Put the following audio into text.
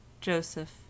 Joseph